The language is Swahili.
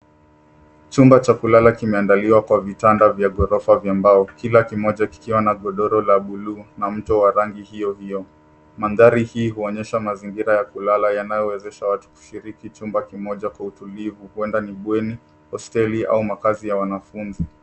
Chumba cha kulala kimeandaliwa na vitanda vya ghorofa vya mbao, kila kimoja kikiwa na godoro la bluu na mto wa rangi hiohio. Mandhari hii huonyesha mazingira ya kulala yanayowezesha watu kushiriki chumba kimoja kwa utulivu. Huenda ni bweni, hosteli au makazi ya wanafunzi.